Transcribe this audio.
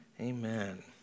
Amen